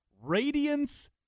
Radiance